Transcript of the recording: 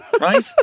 right